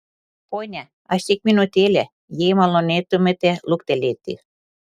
pone aš tik minutėlę jei malonėtumėte luktelėti